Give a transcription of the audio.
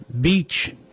beach